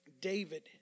David